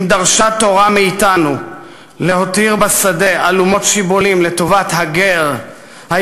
אם דרשה תורה מאתנו להותיר בשדה אלומות שיבולים לטובת הגר,